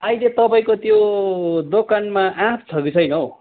अहिले तपाईँको त्यो दोकानमा आँप छ कि छैन हौ